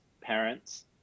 parents